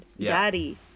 Daddy